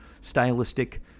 stylistic